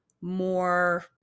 more